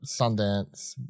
Sundance